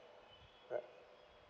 right